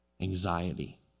anxiety